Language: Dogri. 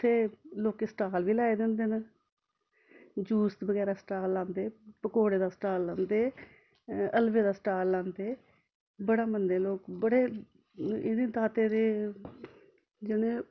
उत्थै लोकें स्टाल बी लाए दे होंदे न जूस बगैरा स्टाल लांदे पकोड़े दा स्टाल लांदे हलवे दा स्टाल लांदे बड़ा मनदे लोक बड़े इ'दे दाते दे